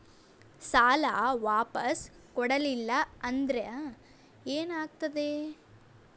ಸಾಲ ವಾಪಸ್ ಕೊಡಲಿಲ್ಲ ಅಂದ್ರ ಏನ ಆಗ್ತದೆ?